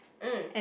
mm